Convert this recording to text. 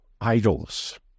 idols